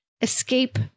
escape